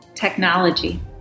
technology